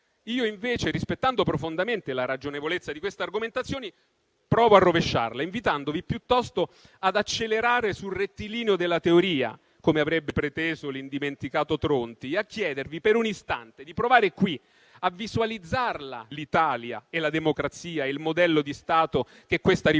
Io invece, rispettando profondamente la ragionevolezza di queste argomentazioni, provo a rovesciarla, invitandovi piuttosto ad accelerare sul rettilineo della teoria, come avrebbe preteso l'indimenticato Tronti, e a chiedervi per un istante di provare qui a visualizzarla, l'Italia e la democrazia e il modello di Stato che questa riforma